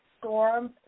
Storm